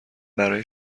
برای